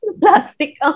plastic